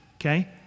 okay